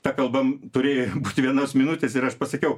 ta kalba turėjo būti vienos minutės ir aš pasakiau